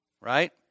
right